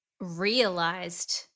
realized